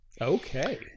Okay